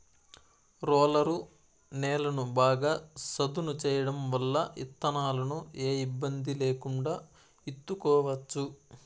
roller నేలను బాగా సదును చేయడం వల్ల ఇత్తనాలను ఏ ఇబ్బంది లేకుండా ఇత్తుకోవచ్చు